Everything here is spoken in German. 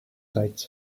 reiz